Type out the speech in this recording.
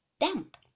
damp